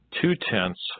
two-tenths